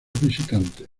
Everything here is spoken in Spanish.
visitantes